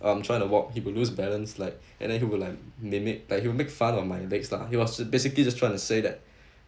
I'm trying to walk he would lose balance like and then he will like mimic like he would make fun of my legs lah he was basically just trying to say that